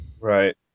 right